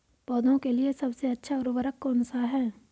पौधों के लिए सबसे अच्छा उर्वरक कौन सा है?